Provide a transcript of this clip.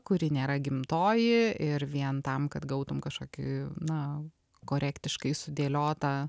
kuri nėra gimtoji ir vien tam kad gautum kažkokį na korektiškai sudėliotą